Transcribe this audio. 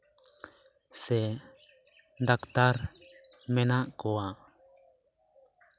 ᱥᱮ ᱰᱟᱠᱴᱟᱨ ᱢᱮᱱᱟᱜ ᱠᱚᱣᱟ